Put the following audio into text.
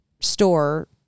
store